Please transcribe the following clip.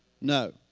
No